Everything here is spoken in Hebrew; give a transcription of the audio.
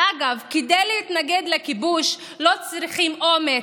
ואגב, כדי להתנגד לכיבוש לא צריכים אומץ,